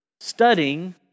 studying